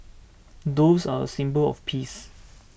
doves are a symbol of peace